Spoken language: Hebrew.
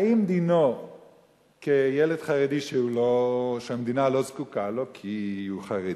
האם דינו כילד חרדי שהמדינה לא זקוקה לו כי הוא חרדי,